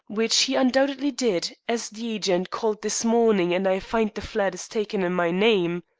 which he undoubtedly did, as the agent called this morning, and i find the flat is taken in my name.